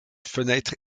fenêtres